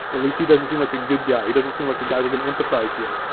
at least he doesn't seem like a good guy, he doesn't seem like a guy we can empathize with.